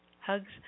hugs